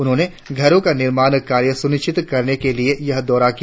उन्होंने घरो का निर्माण कार्य सुनिश्चित करने के लिए यह दौरा किया